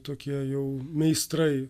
tokie jau meistrai